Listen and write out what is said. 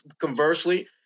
conversely